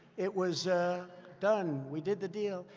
it was done. we did the deal.